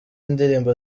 indirimbo